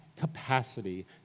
capacity